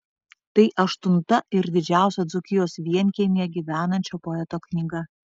tai aštunta ir didžiausia dzūkijos vienkiemyje gyvenančio poeto knyga